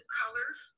colors